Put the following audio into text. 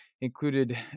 included